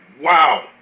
Wow